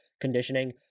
conditioning